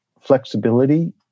flexibility